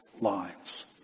lives